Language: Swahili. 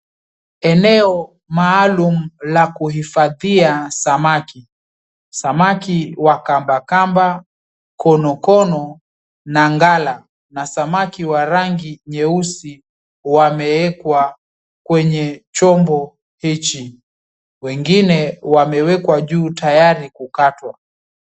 Eneo maalum la kuhifadhia samaki, samaki wa kamba kamba, konokono na ngala na samaki wa rangi nyeusi wameekwa kwenye chombo hichi, wengine wamewekwa juu tayari kukatwa.